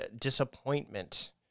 disappointment